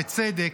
בצדק,